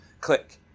Click